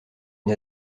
une